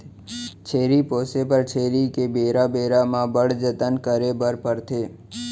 छेरी पोसे बर छेरी के बेरा बेरा म बड़ जतन करे बर परथे